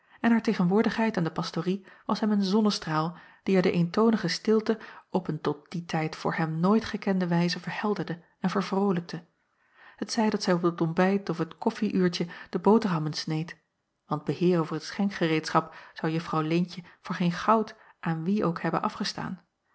en haar tegenwoordigheid aan de pastorie was hem een zonnestraal die er de eentoonige stilte op een tot dien tijd voor hem nooit gekende wijze verhelderde en vervrolijkte t ij dat zij op t ontbijt of het koffieüurtje de boterhammen sneed want beheer over t schenkgereedschap zou uffrouw eentje voor geen goud aan wie ook hebben afgestaan